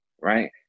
right